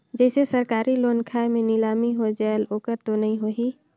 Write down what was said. जैसे सरकारी लोन खाय मे नीलामी हो जायेल ओकर तो नइ होही?